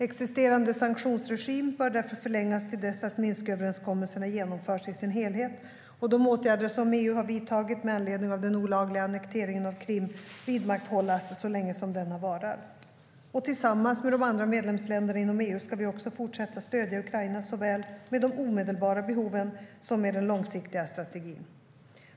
Existerande sanktionsregim bör därför förlängas till dess att Minsköverenskommelserna genomförts i sin helhet, och de åtgärder som EU har vidtagit, med anledning av den olagliga annekteringen av Krim, bör vidmakthållas så länge som denna varar. Tillsammans med de andra medlemsländerna inom EU ska vi också fortsätta stödja Ukraina, såväl med de omedelbara behoven som med den långsiktiga strategin.